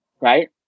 right